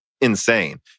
insane